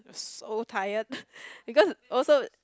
so tired because also